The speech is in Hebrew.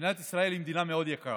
מדינת ישראל היא מדינה מאוד יקרה.